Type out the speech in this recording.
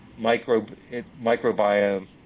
microbiome